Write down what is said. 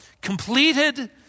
completed